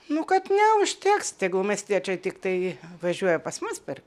nu kad ne užteks tegul miestiečiai tiktai važiuoja pas mus pirkt